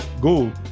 go